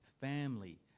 family